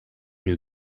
new